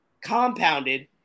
compounded